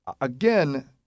again